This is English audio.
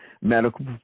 medical